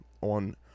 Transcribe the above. on